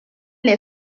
les